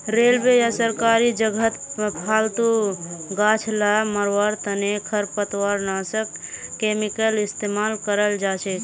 railway या सरकारी जगहत फालतू गाछ ला मरवार तने खरपतवारनाशक केमिकल इस्तेमाल कराल जाछेक